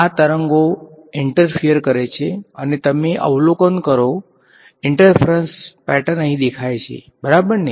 આ તરંગો ઈંટરફીયર કરે છે અને તમે અવલોકન કરો ઈંટરફરંસ પેટર્ન અહીં દેખાય છે બરાબરને